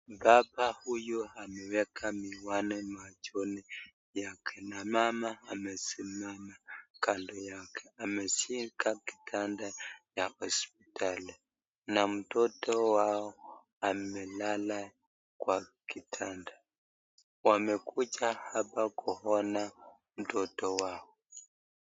Baba huyu ameweka miwani machoni yake na mama amesimama kando yake ameshika kitanda ya hospitali na mtoto wao amelala kwa kitanda, wamekuja hapa kuona mtoto wao.